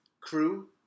crew